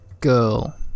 Girl